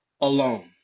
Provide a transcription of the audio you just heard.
alone